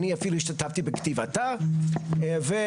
אני אפילו השתתפתי בכתיבתה ומאז,